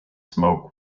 smoke